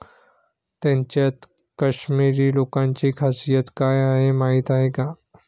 त्यांच्यात काश्मिरी लोकांची खासियत काय आहे माहीत आहे का?